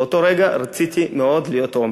באותו רגע רציתי מאוד להיות עומר.